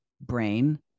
brain